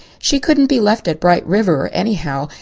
she couldn't be left at bright river anyhow,